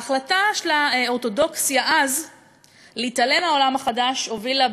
ההחלטה של האורתודוקסיה אז להתעלם מהעולם החדש הובילה,